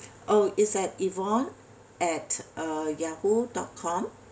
oh is at yvonne at uh Yahoo dot com